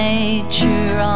Nature